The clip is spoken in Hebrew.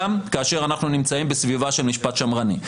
גם כאשר אנחנו נמצאים בסביבה של משפט שמרני.